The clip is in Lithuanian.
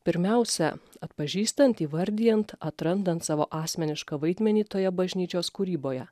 pirmiausia atpažįstant įvardijant atrandant savo asmenišką vaidmenį toje bažnyčios kūryboje